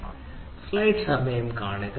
നമുക്ക് അത് നോക്കാം